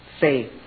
faith